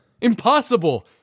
Impossible